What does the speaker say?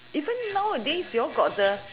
even nowadays you all got the